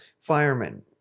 firemen